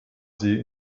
sie